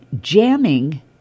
jamming